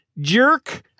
jerk